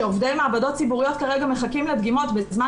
שעובדי מעבדות ציבוריות כרגע מחכים לדגימות בזמן